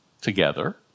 together